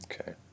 Okay